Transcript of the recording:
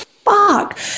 Fuck